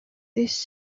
this